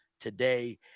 today